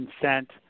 consent